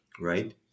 right